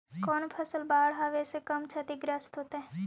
कौन फसल बाढ़ आवे से कम छतिग्रस्त होतइ?